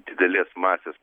didelės masės